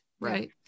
right